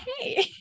Okay